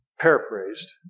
Paraphrased